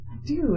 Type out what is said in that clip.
Dude